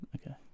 Okay